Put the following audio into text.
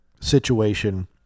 situation